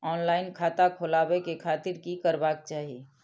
Online खाता खोलाबे के खातिर कि करबाक चाही?